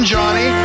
Johnny